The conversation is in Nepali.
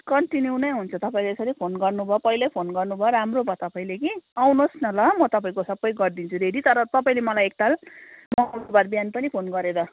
कन्टिन्यु नै हुन्छ तपाईँले यसरी फोन गर्नुभयो पहिल्यै फोन गर्नुभयो राम्रो भयो तपाईँले कि आउनुहोस् न ल म तपाईँको सबै गरिदिन्छु रेडी तर तपाईँले मलाई एक ताल मङ्गलबार बिहान पनि फोन गरेर